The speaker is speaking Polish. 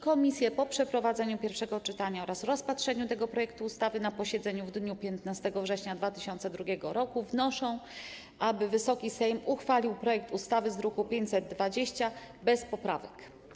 Komisje po przeprowadzeniu pierwszego czytania oraz rozpatrzeniu tego projektu ustawy na posiedzeniu w dniu 15 września 2020 r. wnoszą, aby Wysoki Sejm uchwalił projekt ustawy z druku nr 520 bez poprawek.